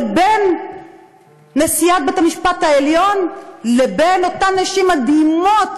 נשיאת בית-המשפט העליון ואותן נשים מדהימות